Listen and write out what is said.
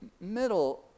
middle